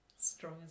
strong